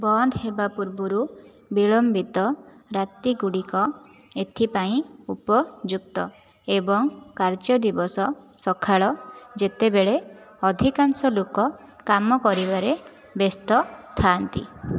ବନ୍ଦ ହେବା ପୂର୍ବରୁ ବିଳମ୍ବିତ ରାତି ଗୁଡ଼ିକ ଏଥିପାଇଁ ଉପଯୁକ୍ତ ଏବଂ କାର୍ଯ୍ୟ ଦିବସ ସକାଳ ଯେତେବେଳେ ଅଧିକାଂଶ ଲୋକ କାମ କରିବାରେ ବ୍ୟସ୍ତ ଥାଆନ୍ତି